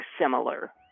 similar